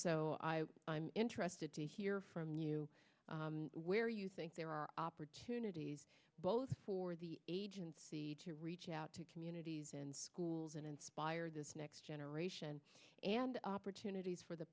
so i'm interested to hear from you where you think there are opportunities both for the agency to reach out to communities and schools and inspired this next generation and opportunities for the